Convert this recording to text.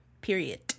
Period